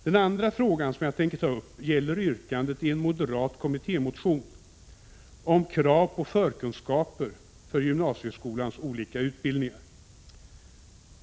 Den andra fråga som jag tänker ta upp gäller yrkandet i en moderat kommittémotion om krav på förkunskaper för gymnasieskolans olika utbildningar.